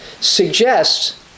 suggests